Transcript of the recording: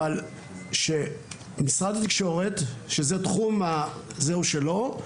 אבל שמשרד התקשורת, שזה התחום שלו,